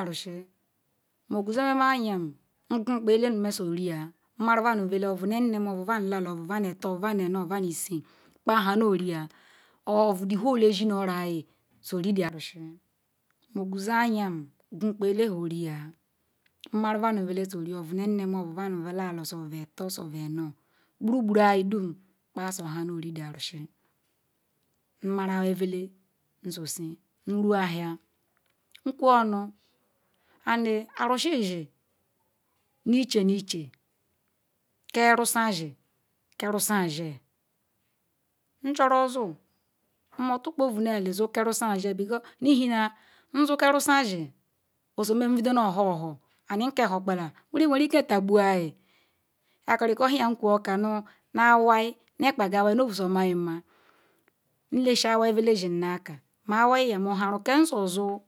Oroshi nmo vozol ayon maruma ba-do ala zotani manu obado larul bando atui badon isin kpal han na ria ordo hole a- han mu oro yesonnu nari mezen ahia nkwe onu and Arusi zinu ichan nu chan ke rizan sinu ke rizan si la mnu na like ozor ke ri zen zila enhin mon zala ke rizeu zi nbido nu hor rizen owhor pay mowuorga wiri warilen ta buyin hankam buku yin kbaga i wai ovo samna siya me- lasal iwai makpagu amu aker moke rizen man yozor